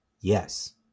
yes